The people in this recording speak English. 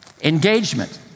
engagement